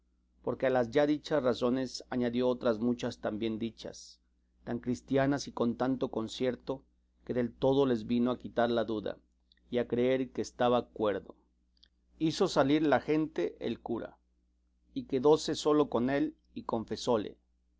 porque a las ya dichas razones añadió otras muchas tan bien dichas tan cristianas y con tanto concierto que del todo les vino a quitar la duda y a creer que estaba cuerdo hizo salir la gente el cura y quedóse solo con él y confesóle